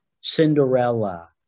Cinderella